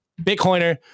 Bitcoiner